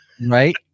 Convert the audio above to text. right